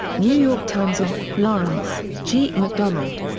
new york times. ah lawrence, g. mcdonald.